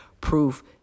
proof